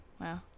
Wow